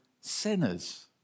sinners